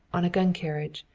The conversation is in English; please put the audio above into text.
on a gun carriage,